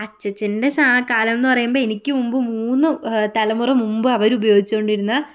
അച്ചച്ചൻ്റെ സാ കാലമെന്ന് പറയുമ്പോൾ എനിക്ക് മുമ്പ് മൂന്ന് തലമുറ മുമ്പ് അവർ ഉപയോഗിച്ചു കൊണ്ടിരുന്ന